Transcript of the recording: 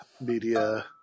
media